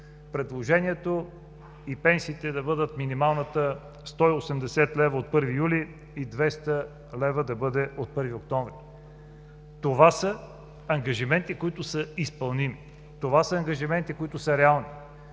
предложението и пенсиите да бъдат минималната 180 лв. от 1 юли и 200 лв. да бъде от 1 октомври. Това са ангажименти, които са изпълними. Това са ангажименти, които са реални.